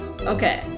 Okay